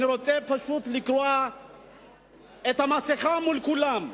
אני רוצה פשוט לקרוע את המסכה מול כולם,